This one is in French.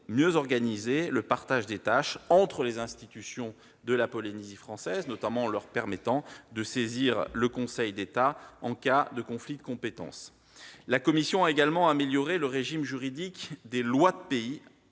mieux organisé le partage des tâches entre les institutions de la Polynésie française, notamment en leur permettant de saisir le Conseil d'État en cas de conflit de compétence. La commission a également amélioré le régime juridique des lois du pays